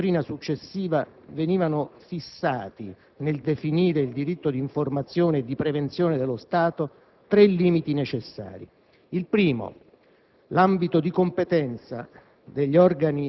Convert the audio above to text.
Già nello scritto di Jemolo e poi nella dottrina successiva venivano fissati, nel definire il diritto di informazione e di prevenzione dello Stato, tre limiti necessari. Il primo,